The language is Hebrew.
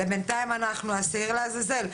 בינתיים אנחנו השעיר לעזאזל.